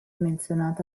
menzionata